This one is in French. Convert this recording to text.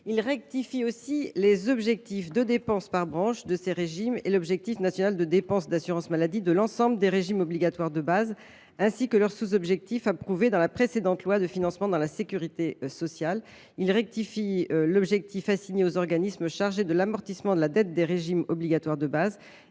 Elle rectifie également les objectifs de dépenses, par branche, de ces régimes et l’objectif national de dépenses d’assurance maladie de l’ensemble des régimes obligatoires de base ainsi que leurs sous objectifs approuvés dans la précédente loi de financement de la sécurité sociale. Et elle rectifie aussi l’objectif assigné aux organismes chargés de l’amortissement de la dette des régimes obligatoires de base